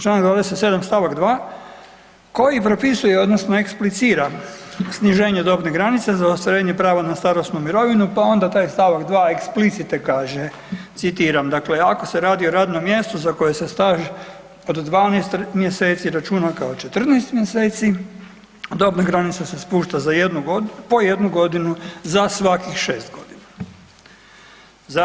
Članak 27. stavak 2. koji propisuje odnosno eksplicira sniženje dobne granice za ostvarenje prava na starosnu mirovinu, pa onda taj stavak 2. eksplicite kaže citiram dakle: „Ako se radi o radnom mjestu za koje se staž od 12 mjeseci računa kao 14 mjeseci dobna granica se spušta za po jednu godinu za svakih 6 godina.